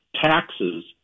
taxes